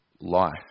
life